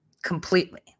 Completely